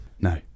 No